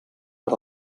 per